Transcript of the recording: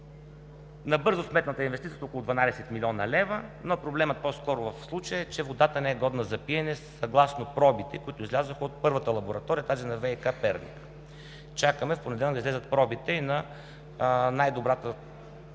Набързо сметната, инвестицията е около 12 млн. лв. Но проблемът по-скоро в случая е, че водата не е годна за пиене съгласно пробите, които излязоха от първата лаборатория – тази на ВиК – Перник. Чакаме в понеделник да излязат пробите и на най-добрата